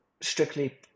strictly